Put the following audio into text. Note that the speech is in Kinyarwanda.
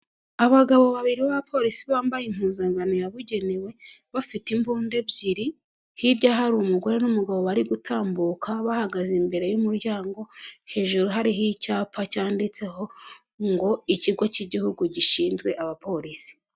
Abagabo babiri b'abapolisi bambaye impuzankano yabugenewe, bafite imbunda ebyiri, hirya hari umugore n'umugabo bari gutambuka, bahagaze imbere y'umuryango, hejuru hariho icyapa cyanditseho ngo ikigo cy'igihugu gishinzwe abapolisi.